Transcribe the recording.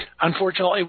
Unfortunately